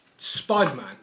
Spider-Man